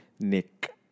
Nick